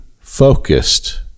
focused